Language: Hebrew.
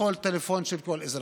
לכל טלפון של כל אזרח.